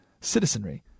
citizenry